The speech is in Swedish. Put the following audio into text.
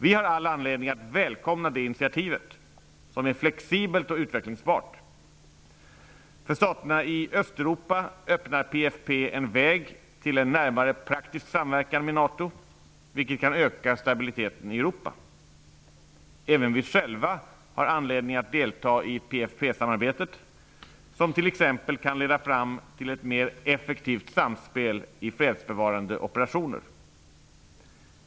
Vi har all anledning att välkomna initiativet som är flexibelt och utvecklingsbart. För staterna i Östeuropa öppnar PFP en väg till en närmare praktisk samverkan med NATO, vilket kan öka statbiliteten i Europa. Även vi själva har anledning att delta i PFP-samarbetet, som t.ex. kan leda fram till ett mer effektivt samspel vid fredsbevarande operationer.